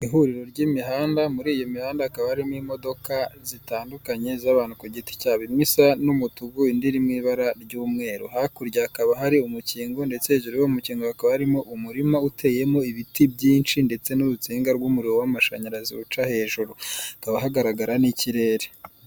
Ihuriro ry'imihanda muri iyi mihandakaba harimo imodoka zitandukanye z'abantu ku giti cya imwe isa n'umutuku indi iri mu ibara ry'umweru, hakurya hakaba hari umukingo ndetse hejuru y'umukingo hakaba harimo umurima uteyemo ibiti byinshi ndetse n'urukinga rw'umuriro w'amashanyarazi uca hejuru hakaba hagaragara n'ikirere.